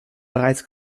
bereits